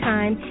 Time